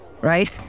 right